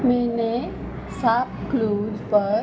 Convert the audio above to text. मैंने साप क्लू पर